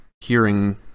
hearing